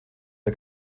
der